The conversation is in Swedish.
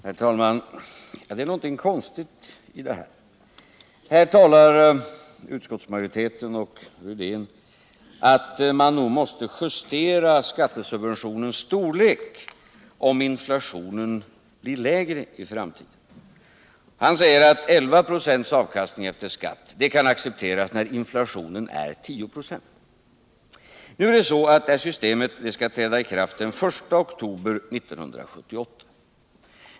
Herr talman! Det är någonting konstigt i det här. Utskottsmajoriteten och Rune Rydén talar om att man nog måste justera skattesubventionens storlek, om inflationen blir lägre i framtiden. Han säger att 11 94 avkastning efter skatt kan accepteras när inflationen uppgår till 10 26. Nu skall det här systemet träda i kraft den 1 oktober 1978.